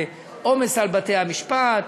ועומס על בתי-המשפט,